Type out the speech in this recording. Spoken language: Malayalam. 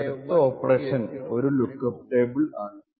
സൈഫെർലേ അടുത്ത ഓപ്പറേഷൻ ഒരു ലുക്ക്അപ്പ് ടേബിൾ ആണ്